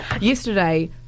Yesterday